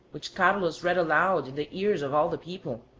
which carlos read aloud in the ears of all the people,